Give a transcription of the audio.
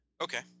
Okay